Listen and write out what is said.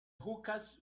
hookahs